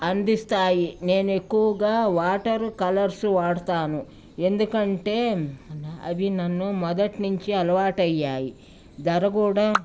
అందిస్తాయి నేను ఎక్కువగా వాటర్ కలర్స్ వాడతాను ఎందుకంటే అవి నన్ను మొదటి నుంచి అలవాటయ్యాయి ధర కూడా